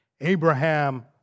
Abraham